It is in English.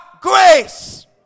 grace